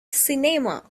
cinema